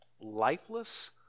lifeless